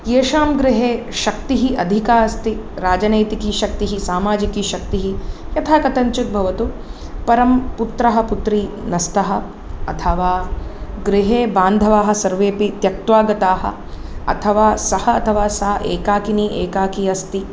येषां गृहे शक्तिः अधिका अस्ति राजनैतिकीशक्तिः सामाजिकीशक्तिः यथाकथञ्चित् भवतु परं पुत्रः पुत्री न स्तः अथवा गृहे बान्धवाः सर्वेपि त्यक्त्वा गताः अथवा सः अथवा सा एकाकिनी एकाकी अस्ति